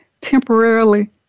temporarily